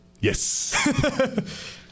Yes